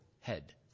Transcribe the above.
head